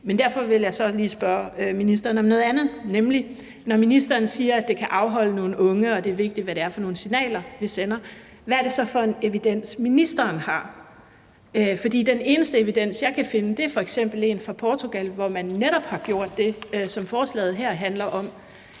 Men jeg vil så spørge ministeren om noget andet, nemlig: Når ministeren siger, at det kan afholde nogle unge fra det, og at det er vigtigt, hvad det er for nogle signaler, vi sender, hvad er det så for en evidens, ministeren har? For den eneste evidens, jeg kan finde, er fra Portugal, hvor man netop har gjort det, som forslaget her handler om,